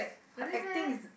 really meh